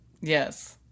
Yes